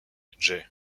jay